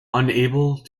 unable